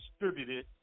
distributed